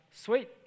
sweet